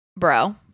Bro